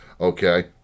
Okay